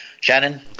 Shannon